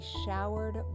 showered